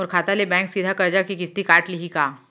मोर खाता ले बैंक सीधा करजा के किस्ती काट लिही का?